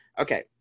Okay